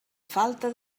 falta